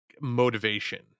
motivation